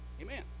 Amen